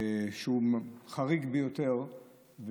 שהוא חריג ביותר,